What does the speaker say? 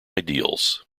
ideals